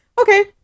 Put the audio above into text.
okay